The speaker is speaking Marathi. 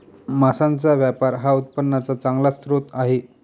मांसाचा व्यापार हा उत्पन्नाचा चांगला स्रोत आहे